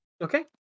Okay